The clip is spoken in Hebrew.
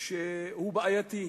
שהוא בעייתי.